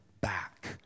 back